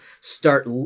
start